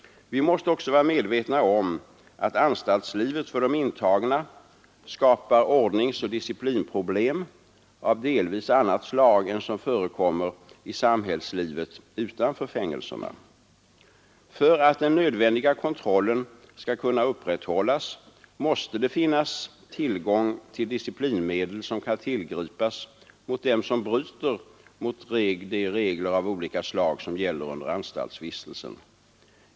Vi måste också vara medvetna om att anstaltslivet för de intagna skapar ordningsoch disciplinproblem av delvis annat slag än som förekommer i samhällslivet utanför fängelserna. För att den nödvändiga kontrollen skall kunna upprätthållas måste det finnas tillgång till disciplinmedel som kan tillgripas mot dem som bryter mot de regler av olika slag som gäller under anstaltsvistelsen.